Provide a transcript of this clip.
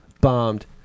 bombed